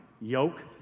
yoke